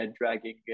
dragging